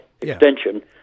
extension